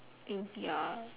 oh ya